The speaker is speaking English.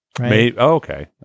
Okay